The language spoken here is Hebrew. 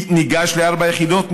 הוא ניגש לארבע יחידות,